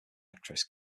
actress